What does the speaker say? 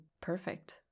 perfect